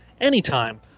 anytime